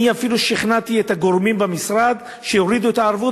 אני אפילו שכנעתי את הגורמים במשרד שיורידו את הערבות,